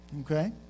Okay